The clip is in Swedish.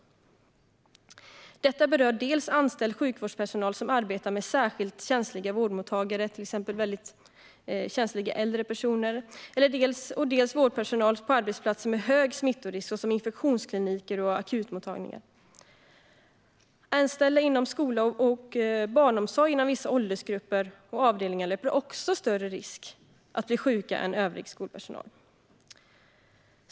Detta berör dels anställd sjukvårdspersonal som arbetar med särskilt känsliga vårdtagare, till exempel mycket känsliga äldre personer, dels vårdpersonal på arbetsplatser med hög smittrisk såsom infektionskliniker och akutmottagningar. Anställda inom skola och barnomsorg inom vissa åldersgrupper och avdelningar löper också större risk att bli sjuka än övrig skolpersonal.